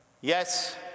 yes